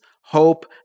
hope